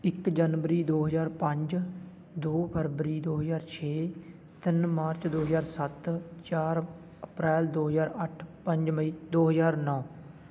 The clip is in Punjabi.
ਇੱਕ ਜਨਵਰੀ ਦੋ ਹਜ਼ਾਰ ਪੰਜ ਦੋ ਫਰਵਰੀ ਦੋ ਹਜ਼ਾਰ ਛੇ ਤਿੰਨ ਮਾਰਚ ਦੋ ਹਜ਼ਾਰ ਸੱਤ ਚਾਰ ਅਪ੍ਰੈਲ ਦੋ ਹਜ਼ਾਰ ਅੱਠ ਪੰਜ ਮਈ ਦੋ ਹਜ਼ਾਰ ਨੌ